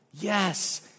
Yes